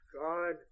God